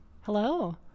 Hello